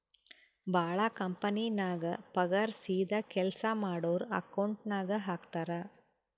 ಭಾಳ ಕಂಪನಿನಾಗ್ ಪಗಾರ್ ಸೀದಾ ಕೆಲ್ಸಾ ಮಾಡೋರ್ ಅಕೌಂಟ್ ನಾಗೆ ಹಾಕ್ತಾರ್